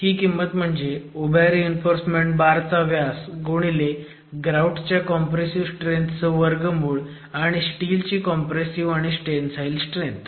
ही किंमत म्हणजे उभ्या रीइन्फोर्समेंट बार चा व्यास गुणिले ग्राऊट च्या कॉम्प्रेसिव्ह स्ट्रेंथ चं वर्गमूळ आणि स्टीलची कॉम्प्रेसिव्ह आणि टेंसाईल स्ट्रेंथ